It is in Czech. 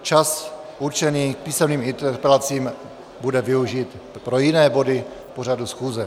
Čas určený k písemným interpelacím bude využit pro jiné body pořadu schůze.